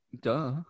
Duh